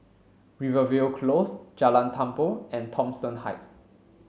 Rivervale Close Jalan Tambur and Thomson Heights